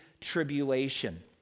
tribulation